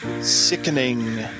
sickening